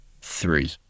three